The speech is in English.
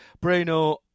Bruno